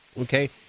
Okay